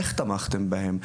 איך תמכתם בהם?